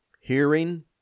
Hearing